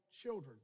children